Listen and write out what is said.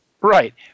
Right